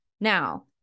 Now